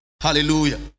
Hallelujah